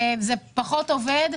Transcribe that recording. זה פחות עובד.